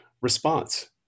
response